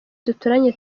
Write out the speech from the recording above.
duturanye